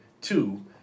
two